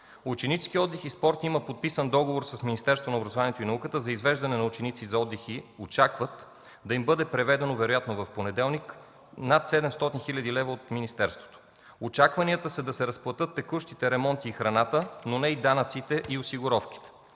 „Ученически отдих и спорт” има подписан договор с Министерство на образованието и науката за извеждане на ученици за отдих и очакват да им бъдат преведени, вероятно в понеделник, над 700 хил. лв. от министерството. Очакванията са да се разплатят текущите ремонти и храната, но не и данъците и осигуровките.